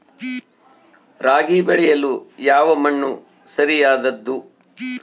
ರಾಗಿ ಬೆಳೆಯಲು ಯಾವ ಮಣ್ಣು ಸರಿಯಾದದ್ದು?